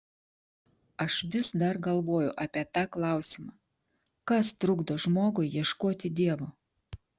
aš vis dar galvoju apie tą klausimą kas trukdo žmogui ieškoti dievo